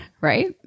right